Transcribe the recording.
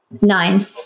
nine